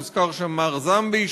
הוזכר שם מר זמביש,